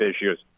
issues